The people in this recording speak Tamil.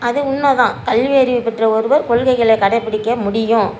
அது உண்மைதான் கல்வி அறிவு பெற்ற ஒருவர் கொள்கைகளை கடைப்பிடிக்க முடியும்